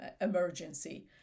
emergency